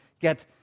get